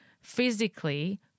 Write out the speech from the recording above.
physically